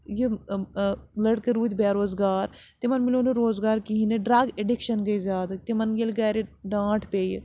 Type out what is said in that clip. یہِ لٔڑکہٕ روٗدۍ بے روزگار تِمَن مِلیو نہٕ روزگار کِہیٖنۍ نہٕ ڈرٛگ ایٚڈِکشَن گٔے زیادٕ تِمَن ییٚلہِ گَرِ ڈانٛٹھ پیٚیہِ